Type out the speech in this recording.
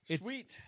Sweet